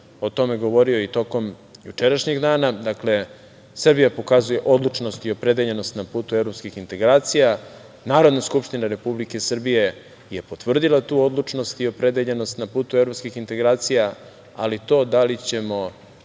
o tome govorio i tokom jučerašnjeg dana. Dakle, Srbija pokazuje odlučnost i opredeljenost na putu evropskih integracija. Narodna skupština Republike Srbije je potvrdila tu odlučnost i opredeljenost na putu evropskih integracija, ali to da li ćemo